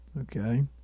Okay